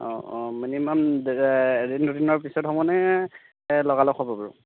অঁ অঁ মিনিমাম এদিন দুদিনৰ পিছত হ'বনে নে লগালগ হ'ব বাৰু